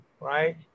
right